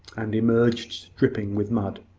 and emerged dripping with mud.